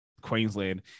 Queensland